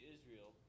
Israel